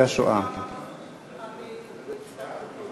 השואה (השבה ליורשים והקדשה למטרות סיוע